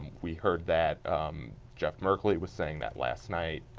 reheard that jeff merkley was saying that last night.